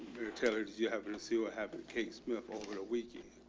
taylor, did you happen to see what happened? case smith over the weekend.